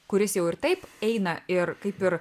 kuris jau ir taip eina ir kaip ir